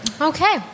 Okay